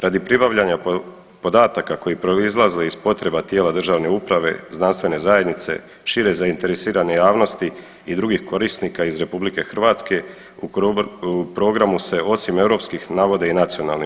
Radi pribavljanja podataka koji proizlaze iz potreba tijela državne uprave, znanstvene zajednice, šire zainteresirane javnosti i drugih korisnika iz RH u programu se osim europskim navode i nacionalni